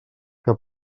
que